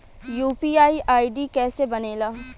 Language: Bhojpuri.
यू.पी.आई आई.डी कैसे बनेला?